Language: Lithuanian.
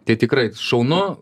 tai tikrai šaunu